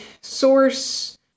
source